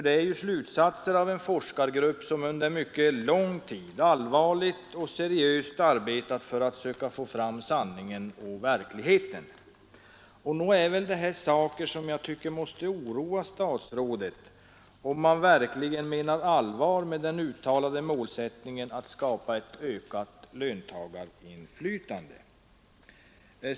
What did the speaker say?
Det är slutsatser av en forskargrupp som under mycket lång tid allvarligt har arbetat för att söka få fram sanningen och verkligheten. Nog är väl detta saker som jag tycker måste oroa statsrådet, om han verkligen menar allvar med den uttalade målsättningen att skapa ett ökat löntagarinflytande.